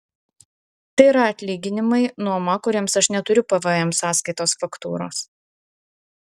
tai yra atlyginimai nuoma kuriems aš neturiu pvm sąskaitos faktūros